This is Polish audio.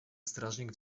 strażnik